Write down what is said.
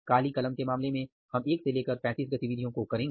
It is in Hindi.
काले कलम के मामले में हम एक से लेकर 35 गतिविधियों को करेंगे